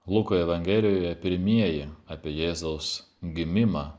luko evangelijoje pirmieji apie jėzaus gimimą